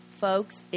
folks